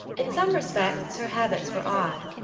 in some respects her habits were odd.